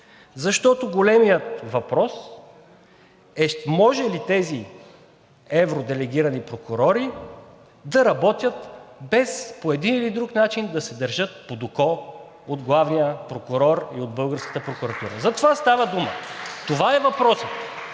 Защото големият въпрос е ще може ли тези евроделегирани прокурори да работят, без по един или друг начин да се държат под око от главния прокурор и от българската прокуратура. (Ръкопляскания от